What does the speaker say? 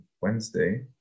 Wednesday